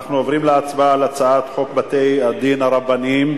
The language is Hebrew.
אנחנו עוברים להצבעה על הצעת חוק בתי-הדין הרבניים.